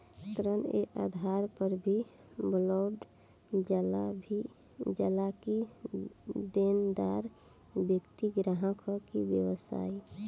ऋण ए आधार पर भी बॉटल जाला कि देनदार व्यक्ति ग्राहक ह कि व्यवसायी